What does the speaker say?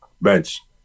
bench